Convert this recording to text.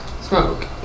Smoke